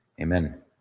Amen